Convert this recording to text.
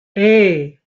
hey